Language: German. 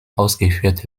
ausgeführt